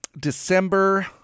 december